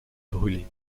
brûlée